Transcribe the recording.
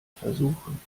versuchen